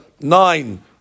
nine